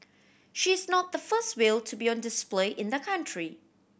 she is not the first whale to be on display in the country